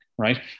Right